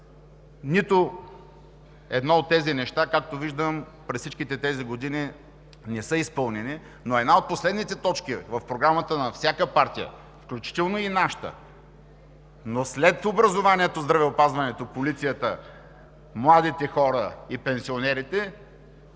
Нито едно от тези неща, както виждам, през всички тези години не е изпълнено, но една от последните точки в програмата на всяка партия, включително и нашата, след образованието, здравеопазването, полицията, младите хора и пенсионерите,